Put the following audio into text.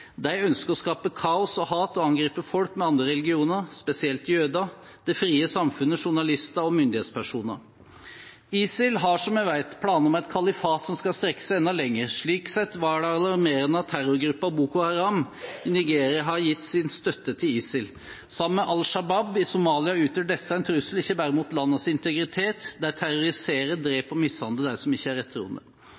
De ønsker å skape kaos og hat og angriper folk med andre religioner – spesielt jøder – det frie samfunnet, journalister og myndighetspersoner. ISIL har, som vi vet, planer om et kalifat som skal strekke seg enda lenger. Slik sett var det alarmerende at terrorgruppen Boko Haram i Nigeria har gitt sin støtte til ISIL. Sammen med Al Shabaab i Somalia utgjør disse en trussel ikke bare mot landenes integritet – de terroriserer, dreper og mishandler dem som ikke er rettroende.